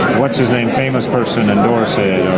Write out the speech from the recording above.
what's his name famous person endorse it.